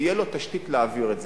תהיה לו תשתית להעביר את זה,